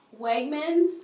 Wegmans